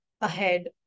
ahead